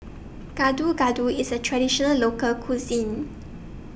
Gado Gado IS A Traditional Local Cuisine